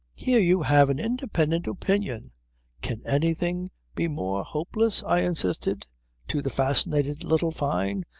here you have an independent opinion can anything be more hopeless, i insisted to the fascinated little fyne,